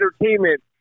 entertainment